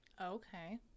Okay